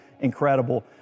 incredible